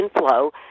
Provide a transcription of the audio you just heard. inflow